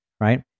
Right